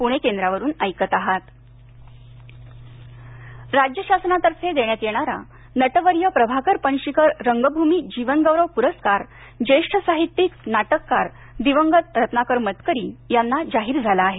पुरस्कार राज्य शासनातर्फे देण्यात येणारा नटवर्य प्रभाकर पणशीकर रंगभूमी जीवनगौरव प्रस्कार ज्येष्ठ साहित्यिक नाटककार दिवंगत रत्नाकर मतकरी यांना जाहीर झाला आहे